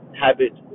habit